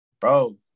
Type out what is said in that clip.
Bro